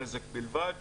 נזק בלבד,